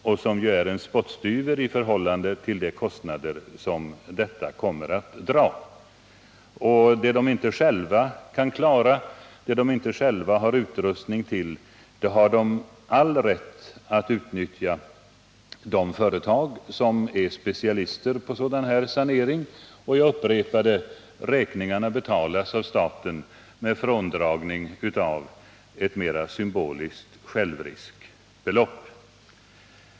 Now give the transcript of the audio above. och som ju är en spottstyver i förhållande till de kostnader som detta kommer att dra. När de inte själva kan klara denna uppgift och inte heller har utrustning till en sådan insats har de all rätt att utnyttja de företag som är specialister på sådana här saneringar. Jag upprepar det ännu en gång: räkningarna betalas av staten med avdrag för ett mera symboliskt självriskbelopp.